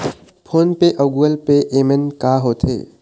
Phone पे अउ Google Pay येमन का होते?